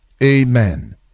Amen